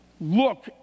look